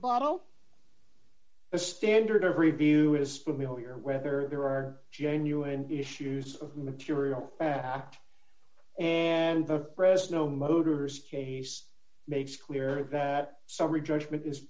rebuttal the standard of review is familiar whether there are genuine issues of material fact and the pres no motors case makes clear that summary judgment is